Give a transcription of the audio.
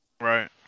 right